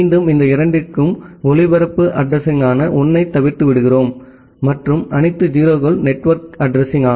மீண்டும் இந்த இரண்டிற்கும் ஒளிபரப்பு அட்ரஸிங்யான 1 ஐ தவிர்த்து விடுகிறோம் மற்றும் அனைத்து 0 கள் நெட்வொர்க் அட்ரஸிங்